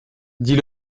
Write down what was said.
dit